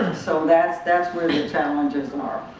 so that's, that's where the challenges are.